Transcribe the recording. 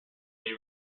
they